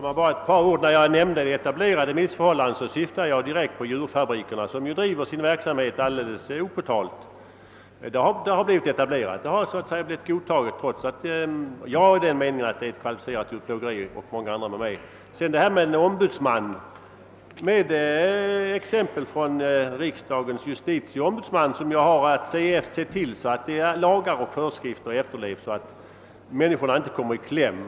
Herr talman! När jag använde uttrycket »etablerade missförhållanden» syftade jag på djurfabrikerna, som bedriver sin verksamhet alldeles opåtalat. Verksamheten har blivit godtagen, d.v.s. etablerad, trots att detta enligt min och många andras mening är ett kvalificerat djurplågeri. Riksdagens justitieombudsman har att se till att lagar och föreskrifter efterlevs, så att människorna inte kommer i kläm.